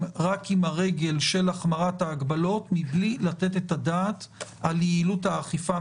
רק עם הרגל של החמרת ההגבלות מבלי לתת את הדעת על יעילות האכיפה,